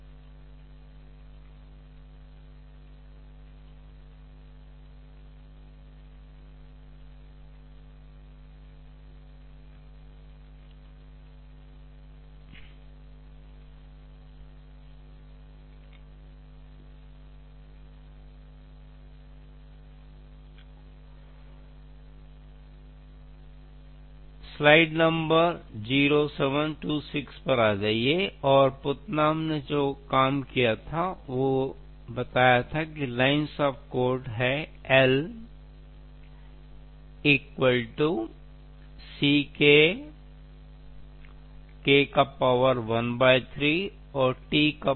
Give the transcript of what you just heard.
इसलिए इसका मतलब है कि आप इस रेले नॉर्डेन वक्र को देखेंगे यह कोड की वितरित लाइनों की संख्या को भी प्रयास और विकास के समय से संबंधित करता है